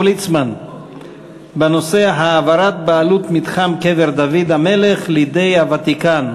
ליצמן בנושא: העברת בעלות מתחם קבר דוד המלך לידי הוותיקן.